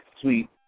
sweet